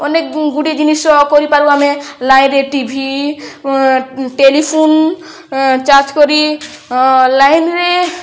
ଅନେକ ଗୁଡ଼ିଏ ଜିନିଷ କରିପାରୁ ଆମେ ଲାଇନ୍ରେ ଟିଭି ଟେଲିଫୋନ ଚାର୍ଜ କରି ଲାଇନ୍ରେ